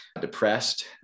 depressed